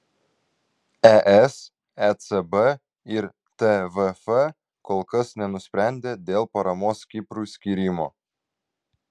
es ecb ir tvf kol kas nenusprendė dėl paramos kiprui skyrimo